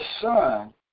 Son